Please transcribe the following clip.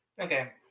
Okay